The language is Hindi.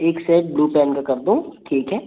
एक सेट ब्लू पेन का कर दूँ ठीक है